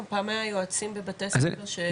פעם היה יועצים בבתי הספר.